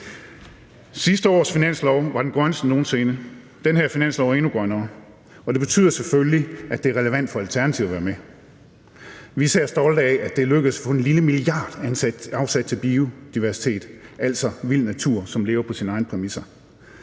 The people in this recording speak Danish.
Sidste års finanslov var den grønneste nogen sinde. Den her finanslov er endnu grønnere, og det betyder selvfølgelig, at det er relevant for Alternativet at være med. Vi er især stolte af, at det er lykkedes at få en lille milliard afsat til biodiversitet, altså vild natur, som lever på sine egne præmisser.